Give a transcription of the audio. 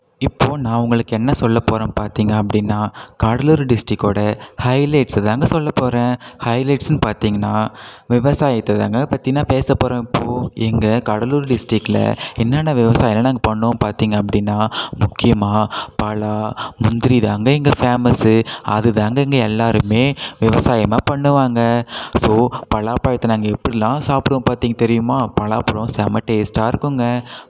இப்போ நான் உங்களுக்கு என்ன சொல்லப்போகறேன் பார்த்தீங்க அப்படின்னா கடலூர் டிஸ்ட்ரிக்கோட ஹைலைட்ஸைதாங்க சொல்லப்போகறேன் ஹைலைட்ஸுன்னு பார்த்தீங்கன்னா விவசாயத்தைதாங்க பற்றி நான் பேசப்போகறேன் இப்போ எங்கள் கடலூர் டிஸ்ட்ரிக்கில் என்னான்ன விவசாயயெல்லாம் நாங்கள் பண்ணோம் பார்த்தீங்க அப்படின்னா முக்கியமாக பலா முந்திரிதாங்க இங்கே ஃபேமஸு அதுதாங்க இங்கே எல்லாருமே விவசாயமாக பண்ணுவாங்க ஸோ பலாப்பழத்தை நாங்கள் எப்படில்லாம் சாப்பிடுவோம் பார்த்தீங்க தெரியுமா பலாப்பழம் செம டேஸ்ட்டாக இருக்குங்க